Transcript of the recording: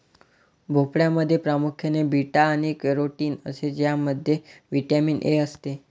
भोपळ्यामध्ये प्रामुख्याने बीटा आणि कॅरोटीन असते ज्यामध्ये व्हिटॅमिन ए असते